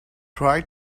try